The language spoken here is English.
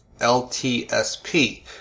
LTSP